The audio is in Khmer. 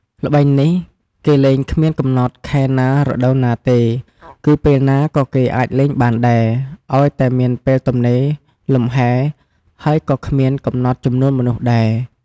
ល្បែងនេះគេលែងគ្មានកំណត់ ខែណា រដូវណាទេ គឺពេលណាក៏គេអាចលេងបានដែរ ឱ្យតែមានពេលទំនេរលំហែរ ហើយក៏គ្មានកំណត់ចំនួនមនុស្សដែរ។